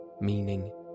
meaning